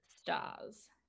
stars